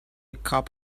cup